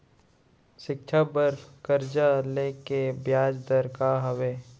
शिक्षा बर कर्जा ले के बियाज दर का हवे?